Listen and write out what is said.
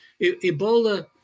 Ebola